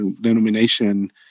denomination